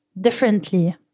differently